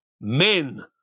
men